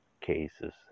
cases